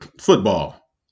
Football